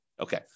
Okay